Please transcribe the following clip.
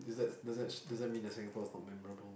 is that does that does that mean that Singapore is not memorable